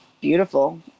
beautiful